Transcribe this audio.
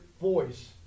voice